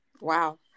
wow